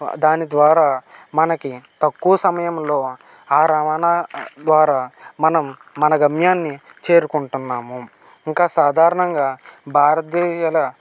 దానిద్వారా మనకి తక్కువ సమయంలో ఆ రవాణా ద్వారా మనం మన గమ్యాన్ని చేరుకుంటున్నాము ఇంకా సాధారణంగా భారతీయుల